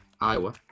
Iowa